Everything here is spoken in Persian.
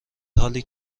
حالی